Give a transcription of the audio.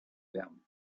them